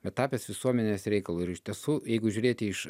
yra tapęs visuomenės reikalu ir iš tiesų jeigu žiūrėti iš